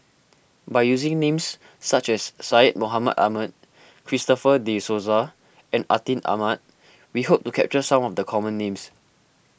by using names such as Syed Mohamed Ahmed Christopher De Souza and Atin Amat we hope to capture some of the common names